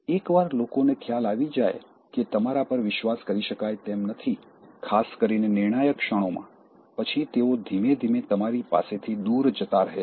એકવાર લોકોને ખ્યાલ આવી જાય કે તમારા પર વિશ્વાસ કરી શકાય તેમ નથી ખાસ કરીને નિર્ણાયક ક્ષણોમાં પછી તેઓ ધીમે ધીમે તમારી પાસેથી દૂર જતાં રહેશે